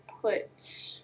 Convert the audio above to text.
put